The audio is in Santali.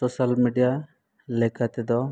ᱥᱳᱥᱟᱞ ᱢᱤᱰᱤᱭᱟ ᱞᱮᱠᱟ ᱛᱮᱫᱚ